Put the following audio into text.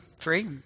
free